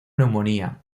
neumonía